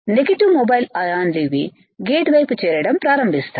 negative mobile అయాన్లు ఇవి gate వైపు చేరడం ప్రారంభిస్తాయి